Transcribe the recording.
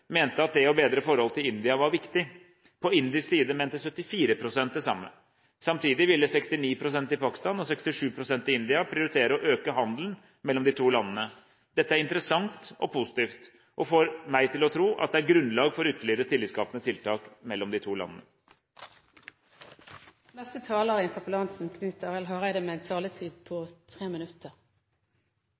mente at det å bedre forholdet til India var viktig. På indisk side mente 74 pst. det samme. Samtidig ville 69 pst. i Pakistan og 67 pst. i India prioritere å øke handelen mellom de to landene. Dette er interessant og positivt og får meg til å tro at det er grunnlag for ytterligere tillitsskapende tiltak mellom de to landene.